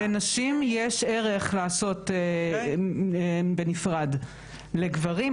לנשים יש ערך לעשות בנפרד, לגברים?